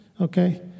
Okay